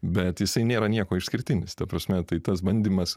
bet jisai nėra niekuo išskirtinis ta prasme tai tas bandymas